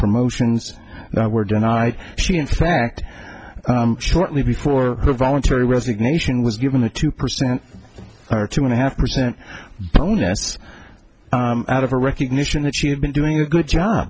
promotions that were done i she in fact shortly before her voluntary resignation was given a two percent or two and a half percent bonus out of a recognition that she had been doing a good job